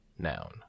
Noun